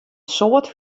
soad